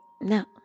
no